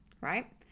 right